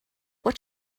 what